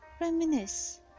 reminisce